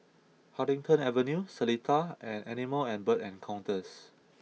Huddington Avenue Seletar and Animal and Bird Encounters